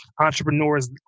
entrepreneurs